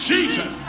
Jesus